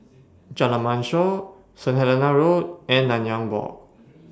Jalan Mashor Saint Helena Road and Nanyang Walk